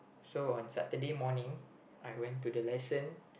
so on Saturday morning I went to the lesson